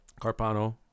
Carpano